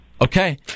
Okay